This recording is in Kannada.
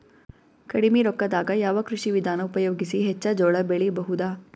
ಕಡಿಮಿ ರೊಕ್ಕದಾಗ ಯಾವ ಕೃಷಿ ವಿಧಾನ ಉಪಯೋಗಿಸಿ ಹೆಚ್ಚ ಜೋಳ ಬೆಳಿ ಬಹುದ?